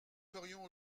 ferions